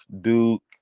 Duke